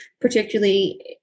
particularly